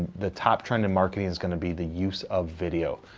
the top trend in marketing is going to be the use of video.